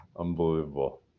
Unbelievable